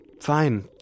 Fine